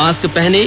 mask पहनें